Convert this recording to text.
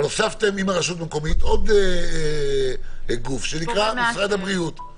אבל הוספתם עם הרשות המקומית עוד גוף שנקרא משרד הבריאות.